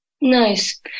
Nice